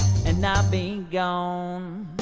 and not be gone. um